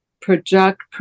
project